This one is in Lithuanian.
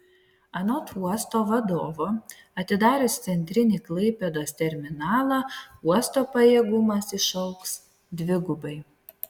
anot uosto vadovo atidarius centrinį klaipėdos terminalą uosto pajėgumas išaugs dvigubai